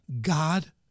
God